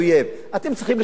אתם צריכים לשנות גישה,